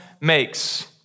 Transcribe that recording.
makes